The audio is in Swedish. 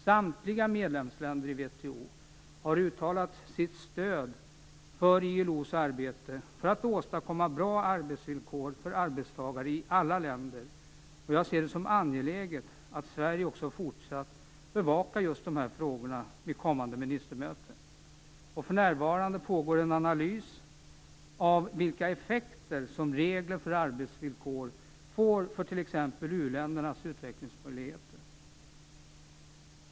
Samtliga medlemsländer i WTO har uttalat sitt stöd för ILO:s arbete för att åstadkomma bra arbetsvillkor för arbetstagare i alla länder. Jag ser det som angeläget att Sverige också fortsatt bevakar just dessa frågor vid kommande ministermöte. För närvarande pågår en analys av vilka effekter som regler för arbetsvillkor får för t.ex. u-ländernas utvecklingsmöjligheter.